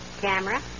Camera